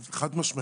חד משמעית.